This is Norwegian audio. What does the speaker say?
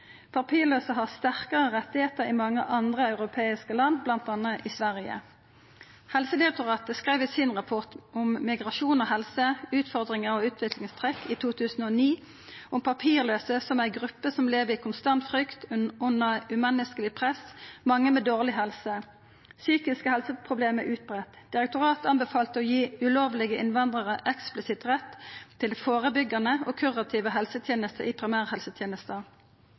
har sterkare rettar i mange andre europeiske land, bl.a. i Sverige. Helsedirektoratet skreiv i rapporten «Migrasjon og helse – utfordringer og utviklingstrekk» i 2009 om papirlause som ei gruppe som lever i konstant frykt og under umenneskeleg press, mange med dårleg helse. Psykiske helseproblem er utbreidd. Direktoratet anbefalte å gi ulovlege innvandrarar eksplisitt rett til førebyggjande og kurative helsetenester i primærhelsetenesta.